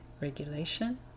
regulation